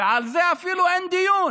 ועל זה אפילו אין דיון.